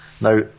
Now